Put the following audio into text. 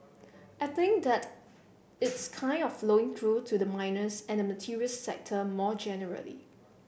I think that it's kind of flowing through to the miners and the materials sector more generally